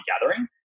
gathering